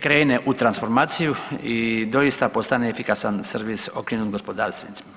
krene u transformaciju i doista postane efikasan servis okrenut gospodarstvenicima.